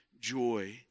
joy